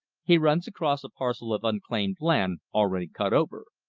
he runs across a parcel of unclaimed land already cut over.